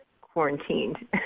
quarantined